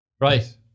Right